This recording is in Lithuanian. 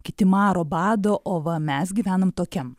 kiti maro bado o va mes gyvenom tokiam